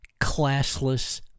classless